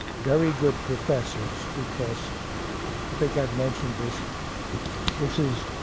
very good professors because i think i've mentioned this this is